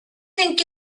think